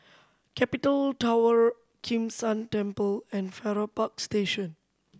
Capital Tower Kim San Temple and Farrer Park Station